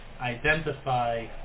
identify